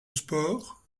sport